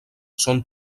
són